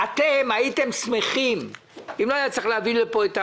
אתם הייתם שמחים אם לא היה צריך להביא לפה את ההעברות.